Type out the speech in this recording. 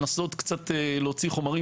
לנסות קצת להוציא חומרים